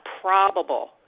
probable